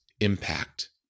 impact